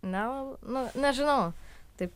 nela nu nežinau taip